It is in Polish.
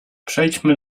przejdźmy